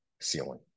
ceiling